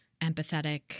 empathetic